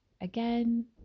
again